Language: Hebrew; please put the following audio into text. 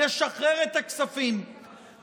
לשחרר את הכספים.